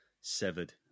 severed